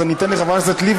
אז אני אתן לחברת הכנסת לבני,